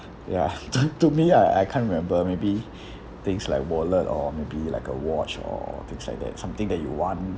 ya to to me I I can't remember maybe things like wallet or maybe like a watch or things like that something that you want